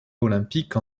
olympique